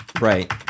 Right